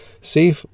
See